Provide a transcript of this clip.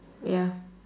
ya